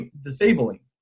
disabling